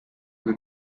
with